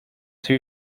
two